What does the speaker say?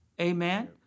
Amen